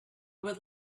would